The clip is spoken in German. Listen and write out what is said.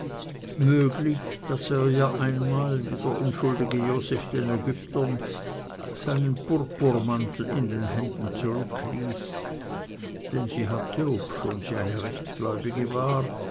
möglich daß er ihr einmal wie der unschuldige joseph der ägypterin seinen purpurmantel in den händen zurückließ denn sie hatte obschon sie eine rechtgläubige war